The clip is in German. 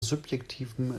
subjektiven